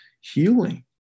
healing